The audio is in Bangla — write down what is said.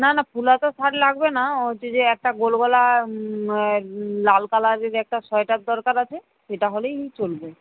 না না ফুল হাতা শার্ট লাগবে না হচ্ছে যে একটা গোল গলা লাল কালারের একটা সোয়েটার দরকার আছে সেটা হলেই চলবে